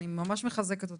אני ממש מחזקת אותך.